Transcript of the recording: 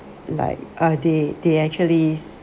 like uh they they actually